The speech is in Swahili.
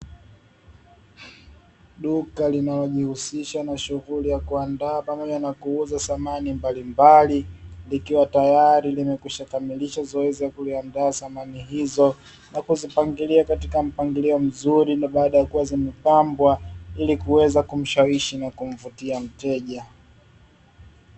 Duka linalojihusisha na shughuli ya kuandaa pamoja na kuuza samani mbalimbali, likiwa tayari limekwisha kamilisha zoezi kuliandaa samani hizo unapozipangilia katika mpangilio mzuri na baada ya kuwa zimepambwa ili kuweza kumshawishi na kumvutia mteja.